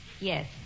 Yes